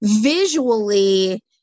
visually